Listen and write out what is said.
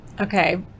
Okay